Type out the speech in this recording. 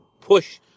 push